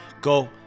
Go